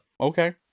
Okay